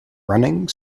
running